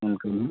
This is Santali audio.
ᱚᱱᱠᱟ ᱦᱟᱜ